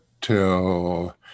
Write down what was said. till